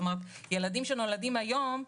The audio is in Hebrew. כלומר ילדים שנולדים היום,